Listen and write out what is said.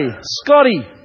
Scotty